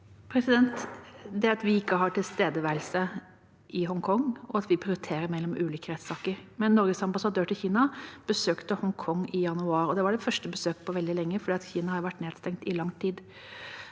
Det er at vi ikke har tilstedeværelse i Hongkong, og at vi prioriterer mellom ulike rettssaker. Norges ambassadør til Kina besøkte Hongkong i januar, og det var det første besøket på veldig lenge, for Kina har vært nedstengt i lang tid.